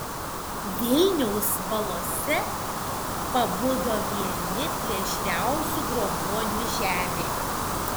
vilniaus balose pabudo vieni plėšriausių grobuonių žemėje